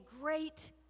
great